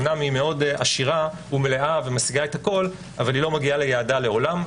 אמנם היא מלאה ועשירה אבל לא מגיעה ליעדה לעולם.